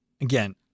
Again